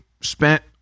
spent